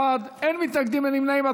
51 בעד, אין מתנגדים, אין נמנעים.